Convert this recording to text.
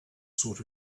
sort